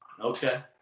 Okay